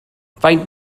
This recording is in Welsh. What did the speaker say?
faint